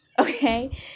Okay